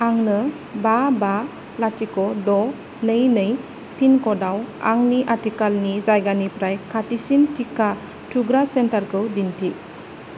आंनो बा बा लाथिख' द' नै नै पिन क'ड आव आंनि आथिखालनि जायगानिफ्राय खाथिसिन टिका थुग्रा सेन्टारखौ दिन्थि